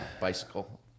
Bicycle